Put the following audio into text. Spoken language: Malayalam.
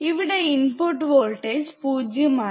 ഇവിടെ ഇൻപുട്ട് വോൾട്ടേജ് പൂജ്യമാണ്